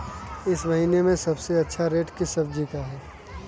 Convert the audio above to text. इस महीने सबसे अच्छा रेट किस सब्जी का है?